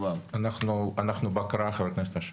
סליחה, אנא ממך.